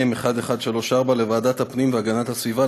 התשע"ז 2017 (מ/1134) לוועדת הפנים והגנת הסביבה,